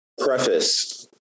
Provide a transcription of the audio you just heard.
preface